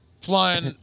flying